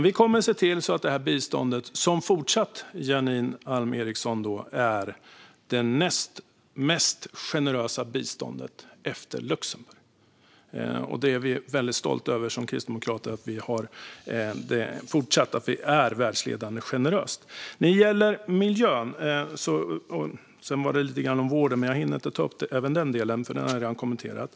Vi kommer att se till att vårt bistånd fortsatt, Janine Alm Ericson, är det mest generösa biståndet efter Luxemburgs. Kristdemokraterna är väldigt stolta över att Sverige fortsatt är världsledande generöst. Jag fick lite frågor om vården. Men jag hinner inte ta upp även den delen, och den har jag redan kommenterat.